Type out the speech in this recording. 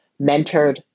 mentored